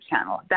channel